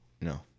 no